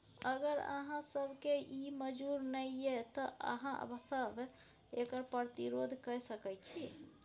अगर अहाँ सभकेँ ई मजूर नहि यै तँ अहाँ सभ एकर प्रतिरोध कए सकैत छी